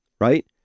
right